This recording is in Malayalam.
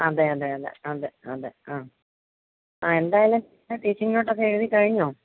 അതെ അതെ അതെ അതെ അതെ ആ ആ എന്തായാലും ടീച്ചിങ്ങ് നോട്ട് ഒക്കെ എഴുതിക്കഴിഞ്ഞോ